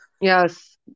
Yes